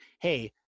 hey